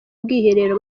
bwiherero